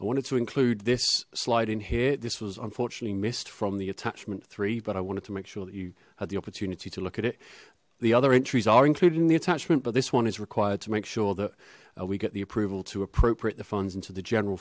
i wanted to include this slide in here this was unfortunately missed from the attachment three but i wanted to make sure that you had the opportunity to look at it the other entries are included in the attachment but this one is required to make sure that we get the approval to appropriate the funds into the general